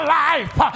life